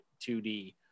2D